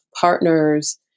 partners